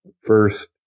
First